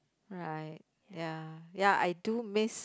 not I ya ya I do miss